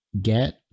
get